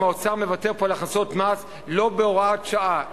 האוצר מוותר פה על הכנסות מס לא בהוראת שעה,